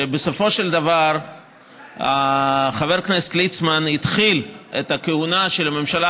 שבסופו של דבר חבר הכנסת ליצמן התחיל את הכהונה של הממשלה